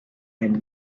and